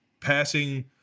passing